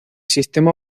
sistema